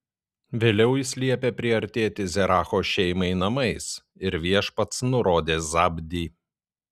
vėliau jis liepė priartėti zeracho šeimai namais ir viešpats nurodė zabdį